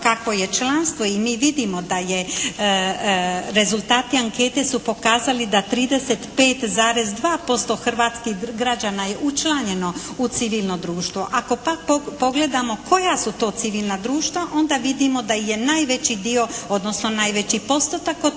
kako je članstvo i mi vidimo da je rezultati ankete su pokazali da 35,2% hrvatskih građana je učlanjeno u civilno društvo. Ako pak pogledamo koja su to civilna društva, onda vidimo da je najveći dio odnosno najveći postotak od